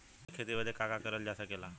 जैविक खेती बदे का का करल जा सकेला?